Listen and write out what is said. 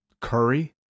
curry